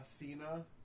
Athena